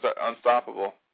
Unstoppable